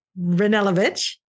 Ranelovich